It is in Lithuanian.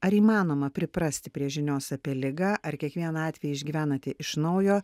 ar įmanoma priprasti prie žinios apie ligą ar kiekvieną atvejį išgyvenate iš naujo